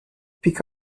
pick